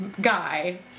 guy